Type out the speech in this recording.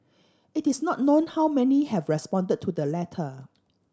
it is not known how many have responded to the letter